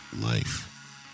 life